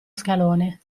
scalone